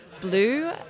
Blue